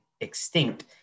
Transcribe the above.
extinct